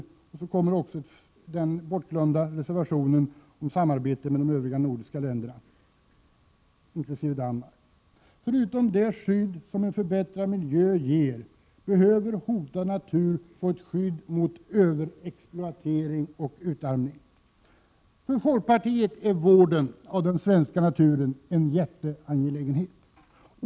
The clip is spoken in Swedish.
Till detta kommer en bortglömd reservation om ett samarbete med de nordiska länderna, inkl. Danmark. En hotad natur behöver, förutom det skydd som en förbättrad miljö ger, också få ett skydd mot överexploatering och utarmning. För oss i folkpartiet är vården av den svenska naturen en hjärteangelägenhet.